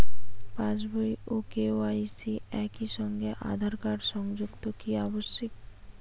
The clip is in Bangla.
পাশ বই ও কে.ওয়াই.সি একই সঙ্গে আঁধার কার্ড সংযুক্ত কি আবশিক?